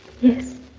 Yes